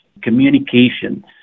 communication